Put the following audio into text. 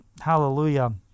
Hallelujah